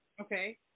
Okay